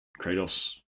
Kratos